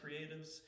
creatives